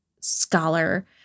scholar